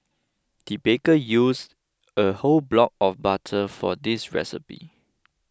the baker used a whole block of butter for this recipe